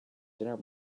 dinner